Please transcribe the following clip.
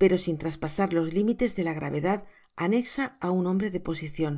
pero sin traspasar los limites de la gravedad anexa á un hombre de posicion